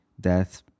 Death